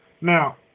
Now